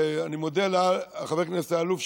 ואני מודה לחבר הכנסת אלאלוף,